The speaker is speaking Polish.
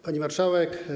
Pani Marszałek!